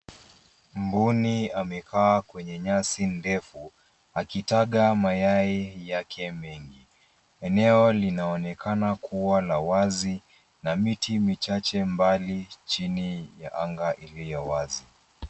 Mbuni amekaa kwenye nyasi ndefu akitaga mayai yake mengi , eneo linaonekana kuwa la wazi na miti michache mbali chini ya anga iliyo wazi.